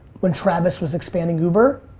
when travis was expanding uber,